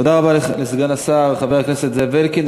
תודה רבה לסגן השר, חבר הכנסת זאב אלקין.